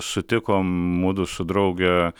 sutikom mudu su drauge